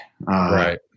Right